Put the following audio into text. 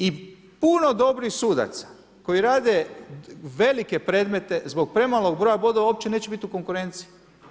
I puno dobrih sudaca koji rade velike predmete zbog premalog broja bodova, uopće neće biti u konkurenciji.